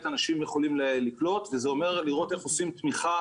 אנשים יכולים לקלוט וזה אומר לראות איך עושים תמיכה